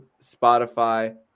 spotify